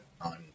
on